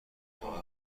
جامع